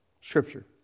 scripture